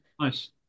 nice